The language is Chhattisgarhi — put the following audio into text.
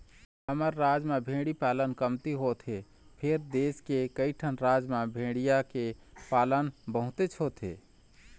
हमर राज म भेड़ी पालन कमती होथे फेर देश के कइठन राज म भेड़िया के पालन बहुतेच होथे